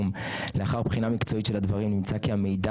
"לאחר בחינה מקצועית של הדברים נמצא כי המידע